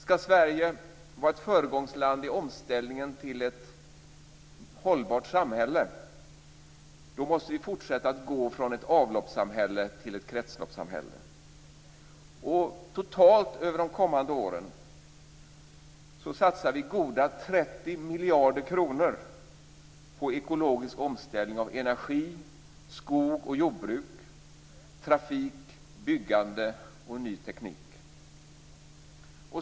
Skall Sverige vara ett föregångsland i omställningen till ett hållbart samhälle, då måste vi fortsätta att gå från ett avloppssamhälle till ett kretsloppssamhälle. Totalt under de kommande åren satsar vi 30 miljarder kronor på ekologisk omställning av energi, skog och jordbruk, trafik, byggande samt ny teknik.